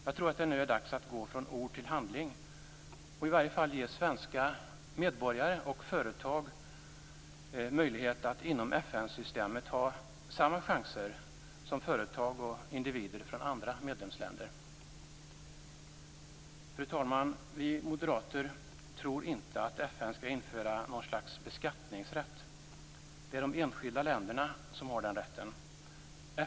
Jag tror att det nu är dags att gå från ord till handling, och i varje fall ge svenska medborgare och företag möjlighet att inom FN-systemet ha samma chanser som företag och individer från andra medlemsländer. Fru talman! Vi moderater tror inte på att FN skall införa något slags beskattningsrätt. Det är de enskilda länderna som har den rätten.